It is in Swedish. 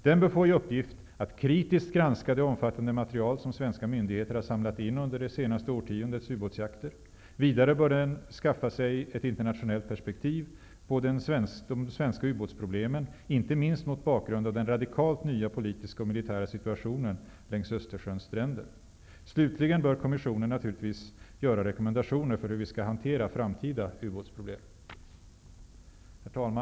Den bör få i uppgift att kritiskt granska det omfattande material som svenska myndigheter har samlat in under det senaste årtiondets ubåtsjakter. Vidare bör den skaffa sig ett internationellt perspektiv på de svenska ubåtsproblemen, inte minst mot bakgrund av den radikalt nya politiska och militära situationen längs Östersjöns stränder. Slutligen bör kommissionen naturligtvis göra rekommendationer för hur vi skall hantera framtida ubåtsproblem. Herr talman!